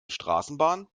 straßenbahn